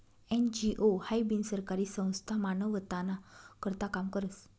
NGO हाई बिनसरकारी संस्था मानवताना करता काम करस